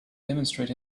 demonstrate